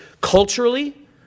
culturally